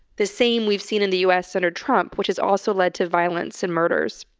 the same we've seen in the u. s. under trump, which has also led to violence and murders.